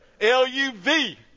L-U-V